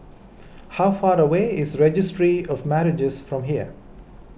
how far away is Registry of Marriages from here